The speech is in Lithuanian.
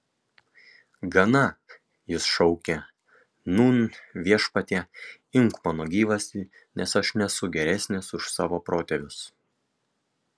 gana jis šaukė nūn viešpatie imk mano gyvastį nes aš nesu geresnis už savo protėvius